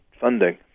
funding